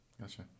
Gotcha